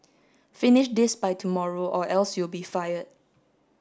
finish this by tomorrow or else you'll be fired